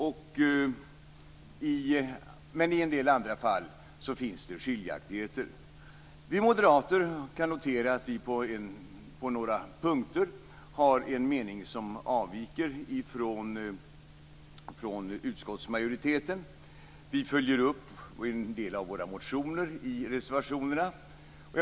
Men i en del andra fall finns skiljaktigheter. Vi moderater kan notera att vi på några punkter har en mening som avviker från utskottsmajoriteten. Vi följer upp en del av våra motioner i reservationerna.